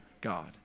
God